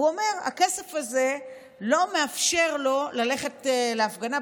והוא אומר: הכסף הזה לא מאפשר לו ללכת להפגנה,